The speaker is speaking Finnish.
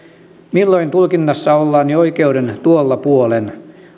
milloin tulkinnassa ollaan jo oikeuden tuolla puolen